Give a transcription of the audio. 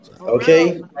Okay